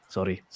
Sorry